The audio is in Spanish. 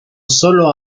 sólo